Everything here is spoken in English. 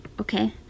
Okay